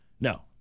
No